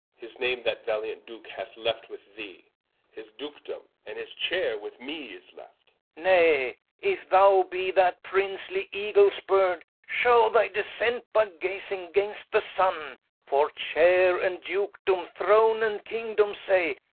his name that valiant duke hath left with thee his dukedome, and his chaire with me is left nay, if thou be that princely eagles bird, shew thy descent by gazing gainst the sunne for chaire and dukedome, throne and kingdome say,